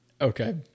Okay